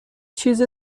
چیز